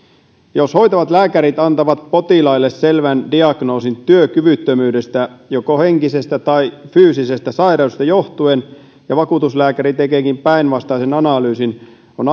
jos hoitavat lääkärit antavat potilaille selvän diagnoosin työkyvyttömyydestä joko henkisestä tai fyysisestä sairaudesta johtuen ja vakuutuslääkäri tekeekin päinvastaisen analyysin on